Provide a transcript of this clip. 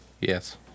Yes